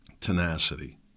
tenacity